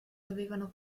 dovevano